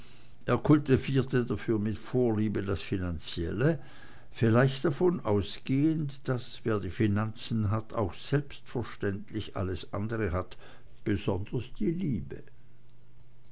kultivierte dafür mit vorliebe das finanzielle vielleicht davon ausgehend daß wer die finanzen hat auch selbstverständlich alles andere hat besonders die liebe